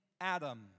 Adam